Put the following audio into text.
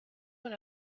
when